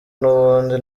n’ubundi